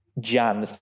jan